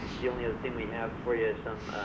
the only other thing we have for you is